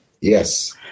Yes